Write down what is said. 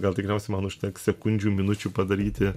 gal tikriausia man užteks sekundžių minučių padaryti